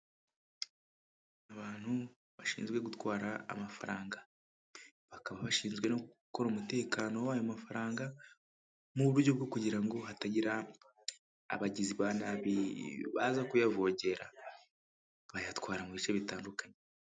Abantu bashinzwe gutwara amafaranga, bakaba bashinzwe no gukora umutekano w'ayo mafaranga, mu buryo bwo kugira ngo hatagira abagizi ba nabi baza kuyavogera, bayatwara mu bice bitandukanye.